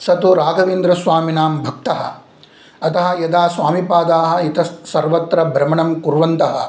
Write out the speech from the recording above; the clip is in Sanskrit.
स तु राघवेन्द्रस्वामिनां भक्तः अतः यदा स्वामिपादाः इतः सर्वत्र भ्रमणं कुर्वन्तः